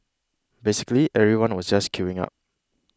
basically everyone was just queuing up